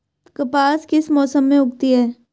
कपास किस मौसम में उगती है?